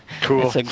cool